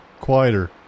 quieter